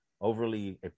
overly